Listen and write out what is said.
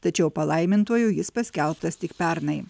tačiau palaimintuoju jis paskelbtas tik pernai